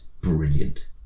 brilliant